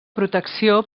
protecció